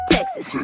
Texas